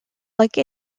like